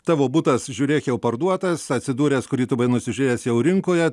tavo butas žiūrėk jau parduotas atsidūręs kurį turi buvai nusižiūrėjęs jau rinkoje